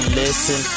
listen